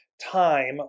time